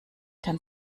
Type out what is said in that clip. kann